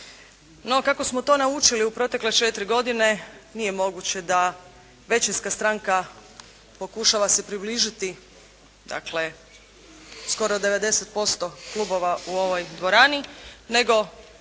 kako smo to naučili u protekle četiri godine nije moguće da većinska stranka pokušava se približiti dakle skoro 90% klubova u ovoj dvorani nego